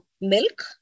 milk